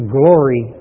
glory